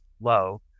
low